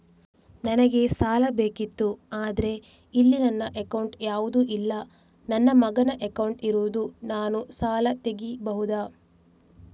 ನನಗೆ ಸಾಲ ಬೇಕಿತ್ತು ಆದ್ರೆ ಇಲ್ಲಿ ನನ್ನ ಅಕೌಂಟ್ ಯಾವುದು ಇಲ್ಲ, ನನ್ನ ಮಗನ ಅಕೌಂಟ್ ಇರುದು, ನಾನು ಸಾಲ ತೆಗಿಬಹುದಾ?